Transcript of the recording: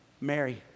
Mary